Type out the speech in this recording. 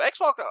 Xbox